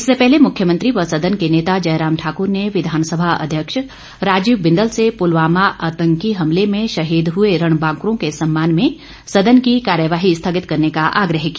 इससे पहले मुख्यमंत्री व सदन के नेता जयराम ठाकुर ने विधानसभा अध्यक्ष राजीव बिंदल ने पुलवामा आतंकी हमले में शहीद हुए रणबांकुरों के सम्मान में सदन की कार्यवाही स्थगित करने का आग्रह किया